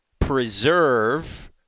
preserve